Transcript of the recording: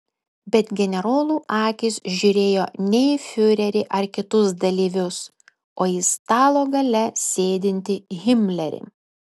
bet generolų akys žiūrėjo ne į fiurerį ar kitus dalyvius o į stalo gale sėdintį himlerį